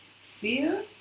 fear